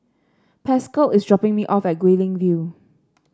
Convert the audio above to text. Pascal is dropping me off at Guilin View